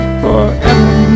forever